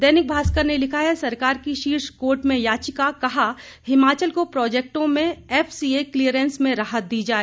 दैनिक भास्कर ने लिखा है सरकार की शीर्ष कोर्ट में याचिका कहा हिमाचल को प्रोजेक्टों में एफसीए क्लीयरेंस में राहत दी जाए